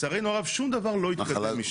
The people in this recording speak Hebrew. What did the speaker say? לצערנו הרב שום דבר לא התקדם משם.